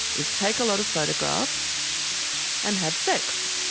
is take a lot of photographs and have sex.